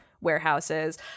warehouses